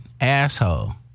asshole